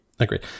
Agreed